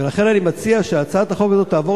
ולכן אני מציע שהצעת החוק הזאת תעבור